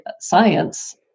science